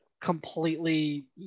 completely